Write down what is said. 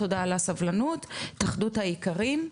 תודה על הסבלנות, התאחדות האיכרים,